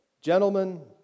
Gentlemen